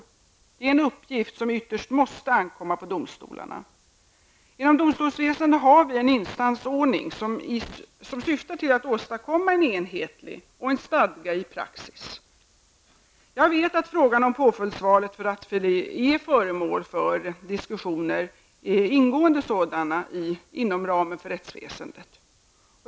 Det är en uppgift som ytterst måste ankomma på domstolarna. Genom domstolsväsendet har vi en instansordning som syftar till att åstadkomma en enhetlighet och en stadga i praxis. Jag vet att frågan om påföljdsvalet vid rattfylleri är föremål för ingående diskussioner inom ramen för rättsväsendet.